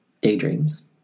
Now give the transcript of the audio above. daydreams